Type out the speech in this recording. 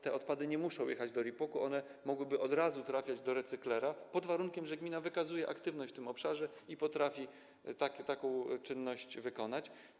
Te odpady nie muszą jechać do RIPOK-ów, a mogą od razu trafiać do recyklera, pod warunkiem że gmina wykazuje aktywność w tym obszarze i potrafi taką czynność wykonać.